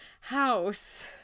house